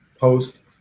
post